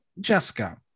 Jessica